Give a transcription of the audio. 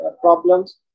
problems